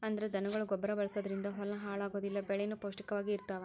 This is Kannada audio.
ಅಂದ್ರ ದನಗೊಳ ಗೊಬ್ಬರಾ ಬಳಸುದರಿಂದ ಹೊಲಾ ಹಾಳ ಆಗುದಿಲ್ಲಾ ಬೆಳಿನು ಪೌಷ್ಟಿಕ ವಾಗಿ ಇರತಾವ